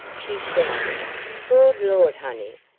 she shouted good lawd, honey,